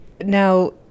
Now